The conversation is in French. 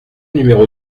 numéro